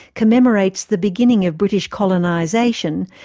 commemorates the beginnings of british colonisation,